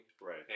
Right